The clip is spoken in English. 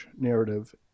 narrative